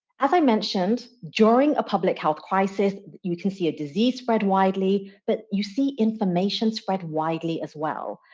as i mentioned, during a public health crisis you can see a disease spread widely, but you see information spread widely as well.